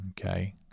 okay